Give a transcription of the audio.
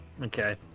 Okay